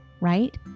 right